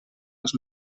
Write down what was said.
els